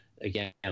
again